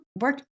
work